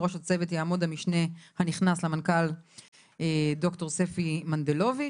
בראש הצוות יעמוד המשנה הנכנס למנכ"ל ד"ר ספי מנדלוביץ".